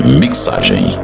mixagem